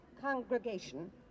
congregation